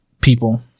people